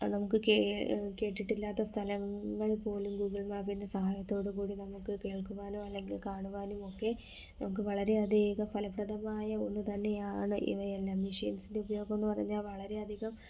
നമുക്ക് കേട്ടിട്ടില്ലാത്ത സ്ഥലങ്ങൾ പോലും ഗൂഗിൾ മാപിൻ്റെ സഹായത്തോടുകൂടി നമുക്ക് കേൾക്കുവാനോ അല്ലെങ്കിൽ കാണുവാനും ഒക്കേ നമുക്ക് വളരേ അധികം ഫലപ്രദമായ ഒന്ന് തന്നെയാണ് ഇനയെല്ല മെഷീൻസിൻ്റെ ഉപയോഗം എന്ന് പറഞ്ഞാൽ വളരേയധികം